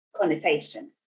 connotation